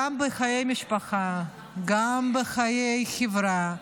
גם בחיי משפחה, גם בחיי חברה,